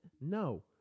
No